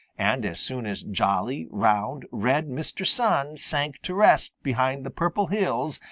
and as soon as jolly, round, red mr. sun sank to rest behind the purple hills,